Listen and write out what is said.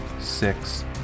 six